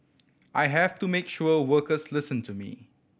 I have to make sure workers listen to me